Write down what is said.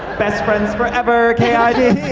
best friends forever, k i d.